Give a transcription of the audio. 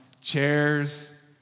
Chairs